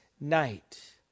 night